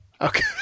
Okay